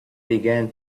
began